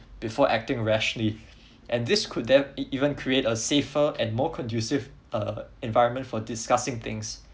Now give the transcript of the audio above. before acting rashly and this could de~ even create a safer and more conducive uh environment for discussing things